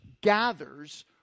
gathers